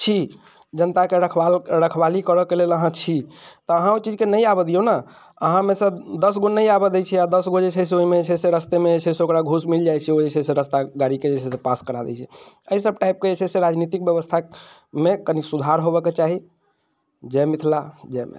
छी जनताके रखबा रखवाली करऽ के लेल अहाँ छी तऽ अहाँ ओहि चीजके नहि आबऽ दिऔ ने अहाँमेसँ दश गो नहि आबऽ दय छियै आ दश गो जे छै से ओहिमे जे छै से से रास्तेमे जे छै से ओकरा घूस मिल जाइत छै ओहिसँ जे छै रास्ता गाड़ीके जे छै से पास करा दय छै एहि सब टाइपके जे छै से राजनीतिक व्यवस्थामे कनि सुधार होबऽ के चाही जय मिथिला जय मैथिली